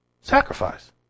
Sacrifice